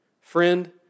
Friend